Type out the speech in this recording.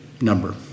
number